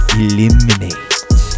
eliminate